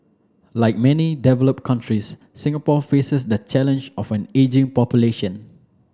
like many developed countries Singapore faces the challenge of an ageing population